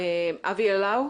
אבי ילאו,